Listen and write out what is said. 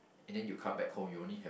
and then you come back home you only have